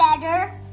better